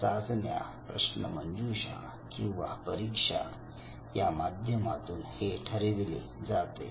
चाचण्या प्रश्नमंजुषा किंवा परीक्षा या माध्यमातून हे ठरविले जाते